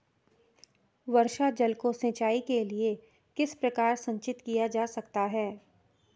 वर्षा जल को सिंचाई के लिए किस प्रकार संचित किया जा सकता है?